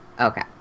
Okay